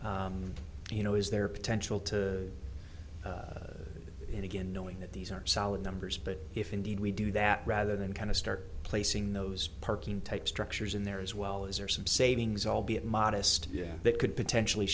you know is there a potential to do it again knowing that these are solid numbers but if indeed we do that rather than kind of start placing those sparking take structures in there as well as are some savings albeit modest yeah that could potentially